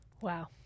Wow